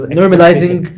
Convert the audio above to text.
normalizing